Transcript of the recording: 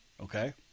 okay